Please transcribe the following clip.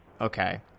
Okay